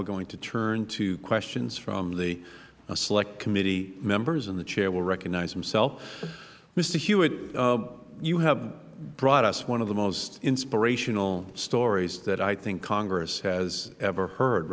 are going to turn to questions from the select committee members the chair will recognize himself mister hewitt you have brought us one of the most inspirational stories that i think congress has ever heard